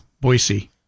Boise